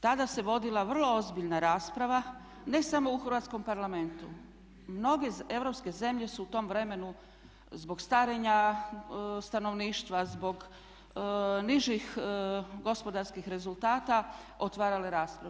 Tada se vodila vrlo ozbiljna rasprava ne samo u Hrvatskom parlamentu, mnoge europske zemlje su u tom vremenu zbog starenja stanovništva, zbog nižih gospodarskih rezultata otvarale raspravu.